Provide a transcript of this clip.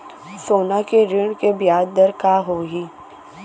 सोना के ऋण के ब्याज दर का होही?